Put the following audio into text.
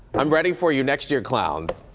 i'm ready for you next year, clowns.